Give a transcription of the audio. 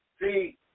See